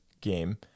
game